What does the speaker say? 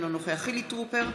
אינו נוכח חילי טרופר,